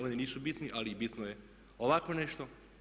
Oni nisu bitni, ali bitno je ovako nešto.